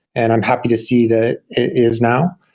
and i'm happy to see that it is now.